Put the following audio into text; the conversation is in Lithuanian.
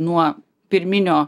nuo pirminio